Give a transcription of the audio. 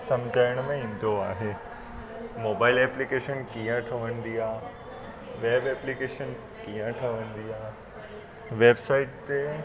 सम्झाइण में ईंदो आहे मोबाइल ऐप्लीकेशन कीअं ठहंदी आहे वैब ऐप्लीकेशन कीअं ठहंदी आहे वैबसाइट ते